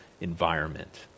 environment